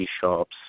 shops